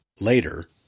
later